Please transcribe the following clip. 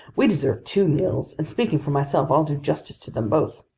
we deserve two meals, and speaking for myself, i'll do justice to them both.